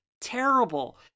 terrible